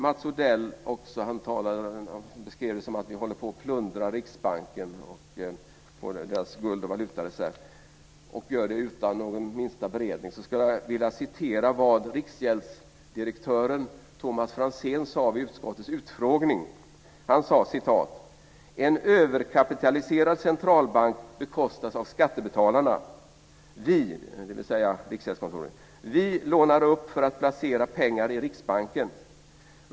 Mats Odell beskrev det så att vi håller på att plundra Riksbanken på guld och valutareserven utan någon minsta beredning. Jag skulle vilja citera vad riksgäldsdirektören Thomas Franzén sade vid utskottets utfrågning. Han sade: "En överkapitaliserad centralbank bekostas av skattebetalarna. Vi, dvs. Riksgäldskontoret, lånar upp för att placera pengar i Riksbanken.